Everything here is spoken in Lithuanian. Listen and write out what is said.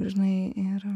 žinai ir